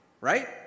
right